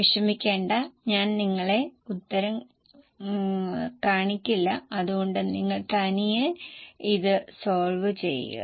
വിഷമിക്കേണ്ട ഞാൻ നിങ്ങളെ ഉത്തരം കാണിക്കില്ല അതുകൊണ്ട് നിങ്ങൾ തനിയെ ഇത് സോൾവ് ചെയ്യുക